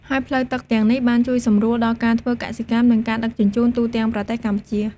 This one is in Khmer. ហើយផ្លូវទឹកទាំងនេះ បានជួយសម្រួលដល់ការធ្វើកសិកម្ម និងការដឹកជញ្ជូនទូទាំងប្រទេសកម្ពុជា។